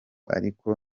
ariko